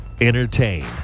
Entertain